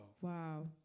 Wow